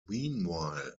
meanwhile